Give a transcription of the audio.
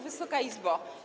Wysoka Izbo!